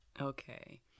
okay